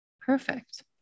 perfect